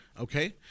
Okay